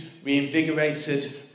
reinvigorated